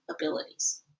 abilities